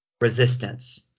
resistance